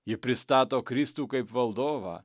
jie pristato kristų kaip valdovą